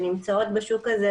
שנמצאות בשוק הזה.